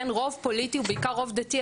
כן רוב פוליטי ובעיקר רוב דתי,